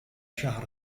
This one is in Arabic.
شهر